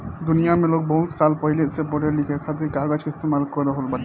दुनिया में लोग बहुत साल पहिले से पढ़े लिखे खातिर कागज के इस्तेमाल कर रहल बाड़े